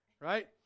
right